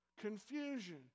confusion